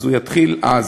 הוא יתחיל אז.